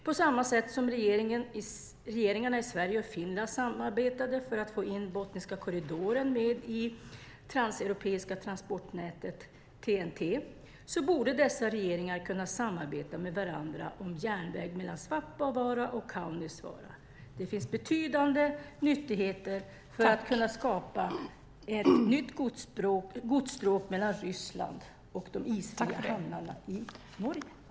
På samma sätt som regeringarna i Sverige och Finland samarbetade för att få Botniska korridoren med i det transeuropeiska transportnätet TEN-T borde dessa regeringar kunna samarbeta med varandra om järnväg mellan Svappavaara och Kaunisvaara. Det finns betydande nytta med att skapa ett nytt godsstråk mellan Ryssland och de isfria hamnarna i Norge.